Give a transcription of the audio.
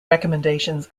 recommendations